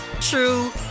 true